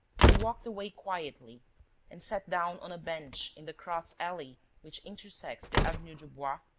he walked away quietly and sat down on a bench in the cross alley which intersects the avenue du bois,